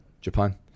Japan